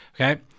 Okay